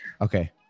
Okay